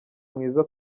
mwiza